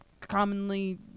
commonly